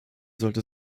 sollte